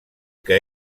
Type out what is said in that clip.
que